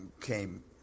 came